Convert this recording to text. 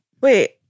Wait